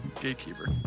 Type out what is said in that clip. Gatekeeper